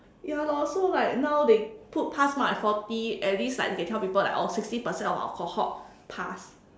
ya lor so like now they put pass mark at forty at least like they can tell people like oh sixty percent of our cohort pass